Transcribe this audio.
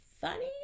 funny